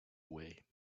away